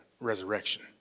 resurrection